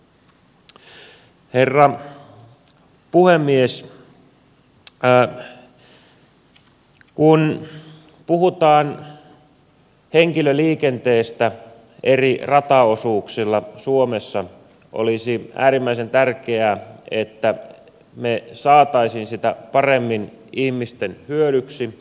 kun puhutaan henkilöliikenteestä eri rataosuuksilla suomessa olisi äärimmäisen tärkeää että me saisimme sitä paremmin ihmisten hyödyksi